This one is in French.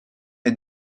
est